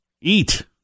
Eat